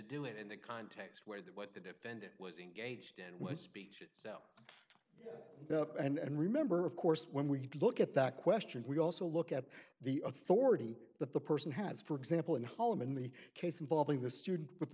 do it in that context where that what the defendant was engaged in was speech itself and remember of course when we look at that question we also look at the authority that the person has for example in harlem in the case involving the student with